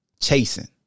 chasing